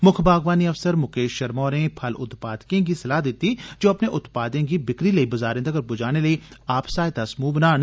मुक्ख बागवानी अफसर मुकेश शर्मा होरें फल उत्पादकें गी स्लाह दिती जे अपने उत्पादें गी बिक्री लेई बजारे तगर पुजाने लेई ओ आप सहायता समूह बनान